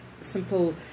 simple